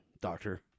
doctor